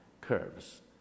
curves